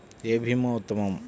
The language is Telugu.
ఏ భీమా ఉత్తమము?